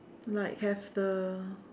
like have the